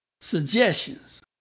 suggestions